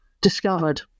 discovered